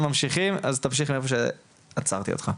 וממשיכים אז תמשיך מאיפה שעצרתי אותך.